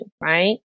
Right